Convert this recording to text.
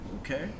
okay